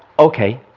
okay.